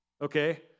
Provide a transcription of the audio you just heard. okay